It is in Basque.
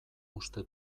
uste